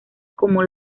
como